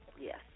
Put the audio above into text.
Yes